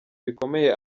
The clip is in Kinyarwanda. bikomeye